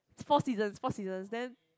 it's four seasons four seasons then